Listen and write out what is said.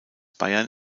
bayern